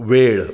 वेळ